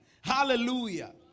Hallelujah